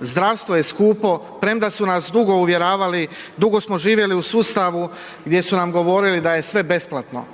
Zdravstvo je skupo, premda su nas dugo uvjeravali, dugo smo živjeli u sustavu gdje su nam govorili da je sve besplatno.